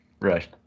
Right